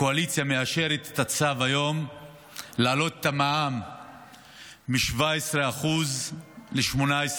הקואליציה מאשרת היום את הצו להעלות את המע"מ מ-17% ל-18%.